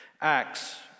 Acts